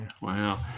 wow